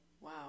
Wow